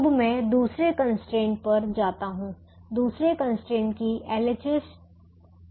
अब में दूसरे कंस्ट्रेंट पर जाता हूं दूसरे कंस्ट्रेंट की LHS B7 पोजीशन है